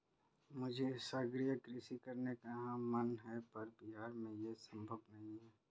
मुझे सागरीय कृषि करने का मन है पर बिहार में ये संभव नहीं है